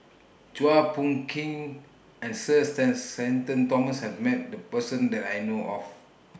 Chua Phung Kim and Sir Shenton Thomas has Met The Person that I know of